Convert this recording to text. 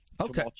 Okay